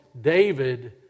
David